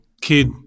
kid